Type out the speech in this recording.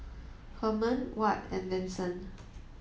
Hermann Watt and Vincent